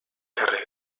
carrer